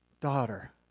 Daughter